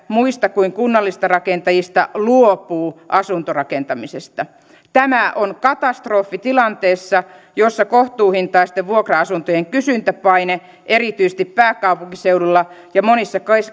muista kuin kunnallisista rakentajista luopuu asuntorakentamisesta tämä on katastrofi tilanteessa jossa kohtuuhintaisten vuokra asuntojen kysyntäpaine erityisesti pääkaupunkiseudulla ja monissa